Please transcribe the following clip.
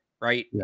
Right